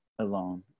alone